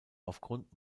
aufgrund